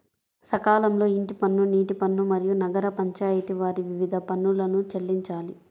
సకాలంలో ఇంటి పన్ను, నీటి పన్ను, మరియు నగర పంచాయితి వారి వివిధ పన్నులను చెల్లించాలి